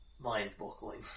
Mind-boggling